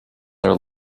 their